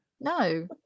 no